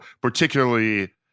particularly